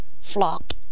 Flop